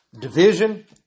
Division